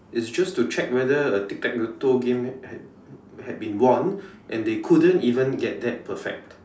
it's just to check whether a tic tac toe game had had been won and they couldn't even get that perfect